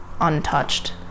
untouched